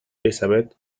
elizabeth